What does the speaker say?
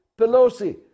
Pelosi